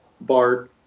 bart